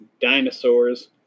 dinosaurs